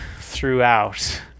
throughout